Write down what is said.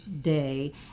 day